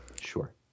sure